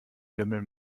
lümmel